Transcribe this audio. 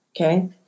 Okay